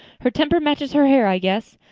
her temper matches her hair i guess.